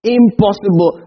impossible